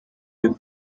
liebe